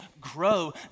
grow